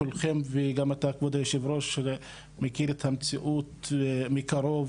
כולכם, וגם אתה כבוד היו"ר, מכיר את המציאות מקרוב